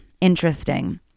Interesting